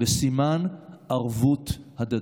בסימן ערבות הדדית.